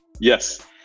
Yes